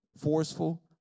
forceful